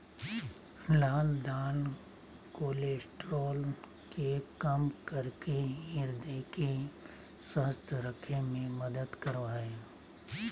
लाल दाल कोलेस्ट्रॉल के कम करके हृदय के स्वस्थ रखे में मदद करो हइ